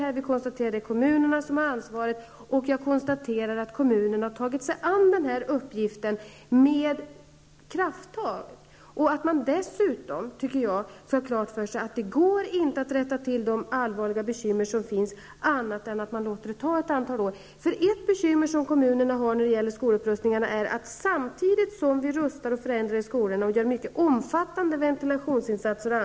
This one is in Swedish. Det är kommunerna som har ansvaret. Kommunerna har tagit sig an uppgiften med krafttag. Dessutom skall man ha klart för sig att det inte går att rätta till de allvarliga bekymren utan att det tar ett antal år. Ett bekymmer som kommunerna har när det gäller skolupprustningar är att skolorna måste fungera samtidigt som man rustar upp och förändrar skolorna och gör omfattande ventilationsinsatser.